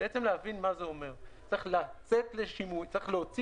צריך להבהיר את